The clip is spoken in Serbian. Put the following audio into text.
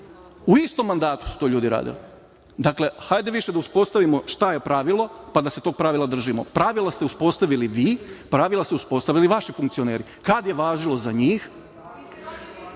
u istom mandatu su to ljudi radili. Dakle, hajde više da uspostavimo šta je pravilo, pa da se tog pravila držimo. Pravila ste uspostavili vi, pravila su uspostavili vaši funkcioneri. Kada je važilo za